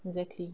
exactly